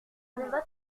voterai